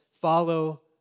follow